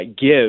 give